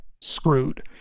screwed